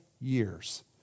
years